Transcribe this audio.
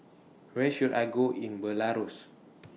Where should I Go in Belarus